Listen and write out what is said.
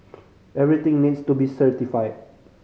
everything needs to be certified